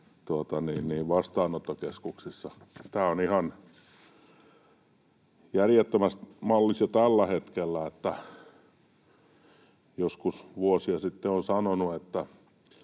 vastaanottokeskuksessa. Tämä on ihan järjettömässä mallissa jo tällä hetkellä. Joskus vuosia sitten olen sanonut,